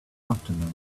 afternoon